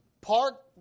park